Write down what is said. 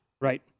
Right